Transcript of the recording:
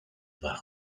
war